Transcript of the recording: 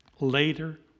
Later